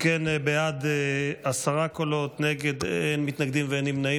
אם כן, עשרה קולות בעד, אין מתנגדים ואין נמנעים.